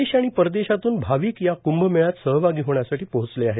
देश आणि परदेशातून भाविक या कुंभ मेळ्यात सहभागी होण्यासाठी पोहोचले आहेत